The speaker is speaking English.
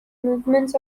movements